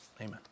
Amen